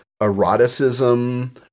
eroticism